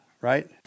right